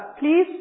Please